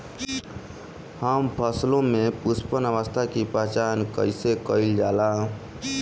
हम फसलों में पुष्पन अवस्था की पहचान कईसे कईल जाला?